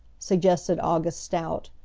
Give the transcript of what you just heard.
suggested august stout,